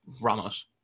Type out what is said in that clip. Ramos